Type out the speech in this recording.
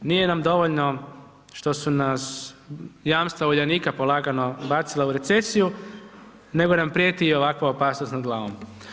Nije nam dovoljno što su nas jamstva Uljanika polagano bacila u recesiju, nego nam prijeti i ovakva opasnost nad glavom.